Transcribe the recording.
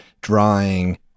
drawing